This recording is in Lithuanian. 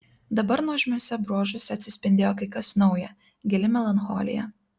dabar nuožmiuose bruožuose atsispindėjo kai kas nauja gili melancholija